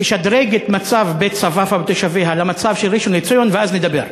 תשדרג את מצב בית-צפאפא ותושביה למצב של ראשון-לציון ואז נדבר.